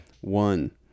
One